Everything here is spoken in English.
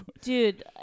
Dude